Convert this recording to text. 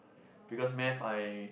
because math I